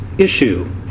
Issue